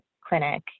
clinic